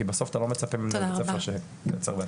כי בסוף אתה לא מצפה מבתי ספר שייצר בעצמו.